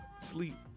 Sleep